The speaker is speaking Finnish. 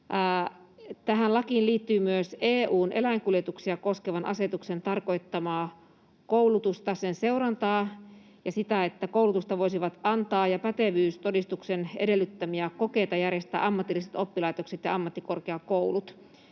Tähän lakiin liittyy myös EU:n eläinkuljetuksia koskevan asetuksen tarkoittama koulutus ja sen seuranta, ja koulutusta voisivat antaa ja pätevyystodistuksen edellyttämiä kokeita järjestää ammatilliset oppilaitokset ja ammattikorkeakoulut.